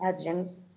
agents